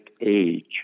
age